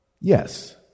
yes